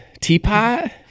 teapot